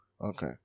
Okay